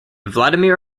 vladimir